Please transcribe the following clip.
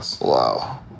Wow